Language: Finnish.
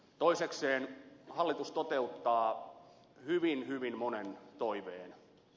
toisekseen hallitus toteuttaa hyvin hyvin monen toiveen